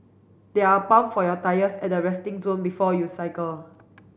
there are pump for your tyres at the resting zone before you cycle